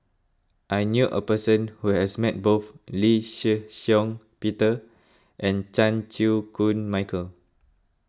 I knew a person who has met both Lee Shih Shiong Peter and Chan Chew Koon Michael